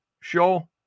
show